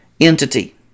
entity